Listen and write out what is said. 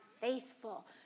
faithful